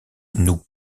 nous